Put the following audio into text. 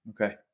okay